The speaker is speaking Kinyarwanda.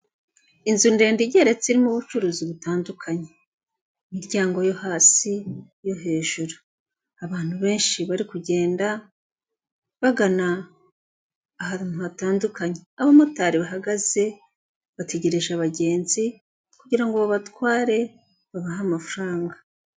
Inzu ndende igeretse irimo ubucuruzi butandukanye, imiryango yo hasi iyo hejuru, abantu benshi bari kugenda bagana ahantu hatandukanye, abamotari bahagaze bategereje abagenzi, kugirango abatware babahe amafaranga.